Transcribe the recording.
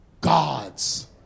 God's